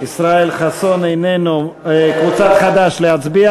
הוצאות שכר,